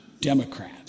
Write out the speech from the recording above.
Democrat